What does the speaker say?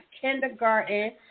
kindergarten